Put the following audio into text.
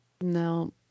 No